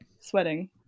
Sweating